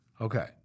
Okay